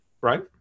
Right